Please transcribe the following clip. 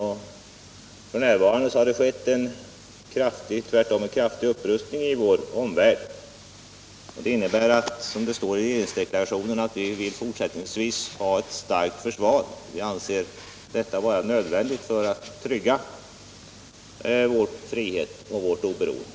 Läget är det att det har skett en kraftig upprustning i vår omvärld och det innebär, som det står i regeringsdeklarationen, att vi fortsättningsvis måste ha ett starkt försvar. Det är nödvändigt för att trygga vår frihet och vårt oberoende.